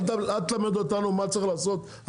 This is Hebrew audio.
אל תלמד אותנו מה צריך לעשות,